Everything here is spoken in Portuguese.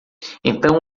então